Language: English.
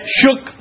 shook